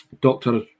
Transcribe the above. doctor